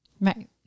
Right